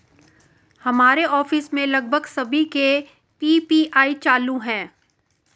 हमारे ऑफिस में लगभग सभी के पी.पी.आई चालू है